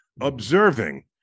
Observing